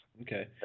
Okay